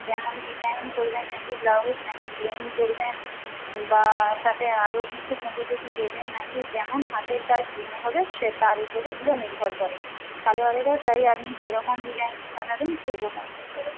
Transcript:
যেমন ডিজাইন করবেন না কি ব্লাউজ না কি প্লেন করবেন বা তাতে আরও কিছু পুঁথি টুথি দেবেন না কি যেমন হাতের কাজ দেওয়া হবে সে তার উপরে এগুলো নির্ভর করে সালোয়ারেরও তাই আপনি যে রকম ডিজাইনে সাজাবেন সেইরকমের হবে